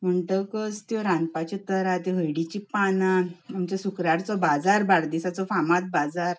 म्हणटकूच त्यो रांदपाच्यो तरा त्यो हळदीचीं पानां आमचो शुक्रारचो बाजार बार्देशाचो फामाद बाजार